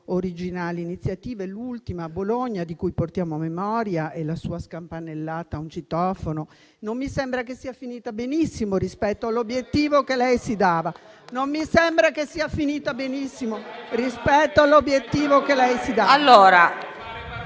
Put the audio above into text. originali iniziative: l'ultima di cui portiamo memoria, a Bologna, è la sua scampanellata a un citofono. Non mi sembra che sia finita benissimo, rispetto all'obiettivo che lei si dava.